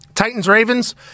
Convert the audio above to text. Titans-Ravens